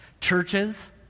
Churches